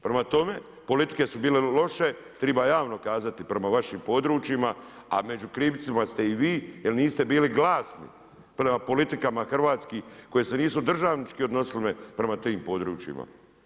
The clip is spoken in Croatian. Prema tome, politike su bile loše, treba javno kazati prema vašim područjima a među krivcima ste i vi, jer niste bili glasni prema politikama hrvatskim, koje se nisu državnički odnosile prema tim područjima.